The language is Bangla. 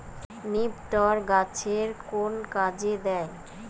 নিপটর গাছের কোন কাজে দেয়?